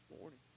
morning